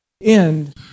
end